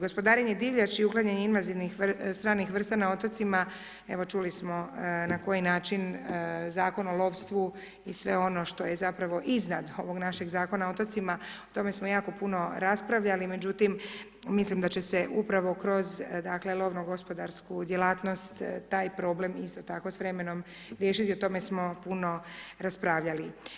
Gospodarenje divljači i uklanjanje invazivnih stranih vrsta na otocima, evo čuli smo na koji način Zakon o lovstvu i sve ono što je zapravo iznad ovog našeg Zakona o otocima, o tome smo jako puno raspravljali, međutim, mislim da će se upravo kroz dakle lovno gospodarsku djelatnost taj problem isto tako s vremenom riješiti, o tome smo puno raspravljali.